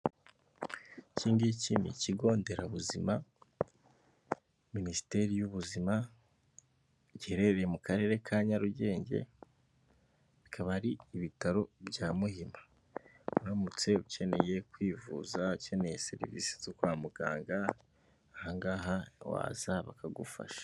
Iki ngiki ni ikigo nderabuzima minisiteri y'ubuzima giherereye mu karere ka Nyarugenge bikaba ari ibitaro bya Muhima, uramutse ukeneye kwivuza ukeneye serivisi zo kwa muganga aha ngaha waza bakagufasha.